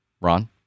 Ron